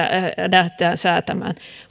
säätämään